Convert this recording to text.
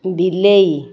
ବିଲେଇ